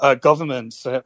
governments